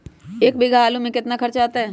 एक बीघा आलू में केतना खर्चा अतै?